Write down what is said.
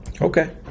Okay